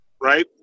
right